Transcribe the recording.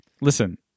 Listen